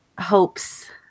hopes